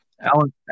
Alan